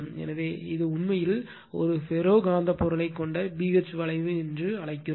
எனவே இது உண்மையில் ஒரு ஃபெரோ காந்தப் பொருளைக் கொண்ட B H வளைவு என்று அழைக்கிறோம்